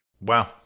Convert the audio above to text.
Wow